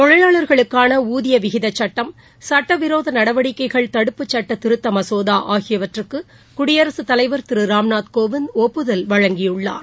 தொழிலாளர்களுக்கான ஊதிய விகிதச் சுட்டம் சுட்டவிரோத நடவடிக்கைகள் தடுப்புச் சுட்ட திருத்த மசோதா ஆகியவற்றுக்கு குடியரசுத் தலைவர் திரு ராம்நாத் கோவிந்த் ஒப்புதல் வழங்கியுள்ளார்